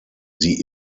sie